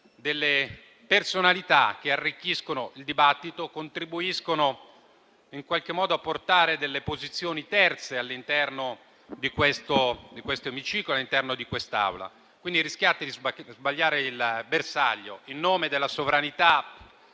delle personalità che arricchiscono il dibattito e contribuiscono in qualche modo a portare delle posizioni terze all'interno di quest'Aula. Rischiate quindi di sbagliare il bersaglio. In nome della sovranità